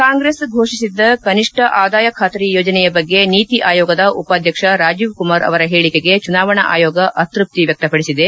ಕಾಂಗ್ರೆಸ್ ಘೋಷಿಸಿದ್ದ ಕನಿಷ್ಠ ಆದಾಯ ಖಾತರಿ ಯೋಜನೆಯ ಬಗ್ಗೆ ನೀತಿ ಆಯೋಗದ ಉಪಾಧ್ಯಕ್ಷ ರಾಜೀವ್ ಕುಮಾರ್ ಅವರ ಹೇಳಿಕೆಗೆ ಚುನಾವಣಾ ಆಯೋಗ ಅತೃಪ್ತಿ ವ್ವಕ್ತಪಡಿಸಿದೆ